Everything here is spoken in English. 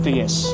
yes